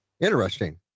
interesting